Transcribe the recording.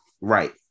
Right